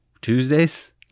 Tuesdays